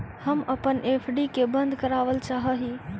हम अपन एफ.डी के बंद करावल चाह ही